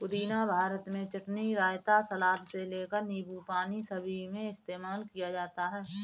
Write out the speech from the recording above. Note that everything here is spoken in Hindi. पुदीना भारत में चटनी, रायता, सलाद से लेकर नींबू पानी सभी में इस्तेमाल किया जाता है